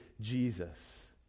Jesus